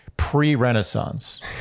pre-Renaissance